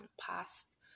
past